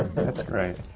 that's great.